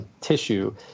tissue